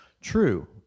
True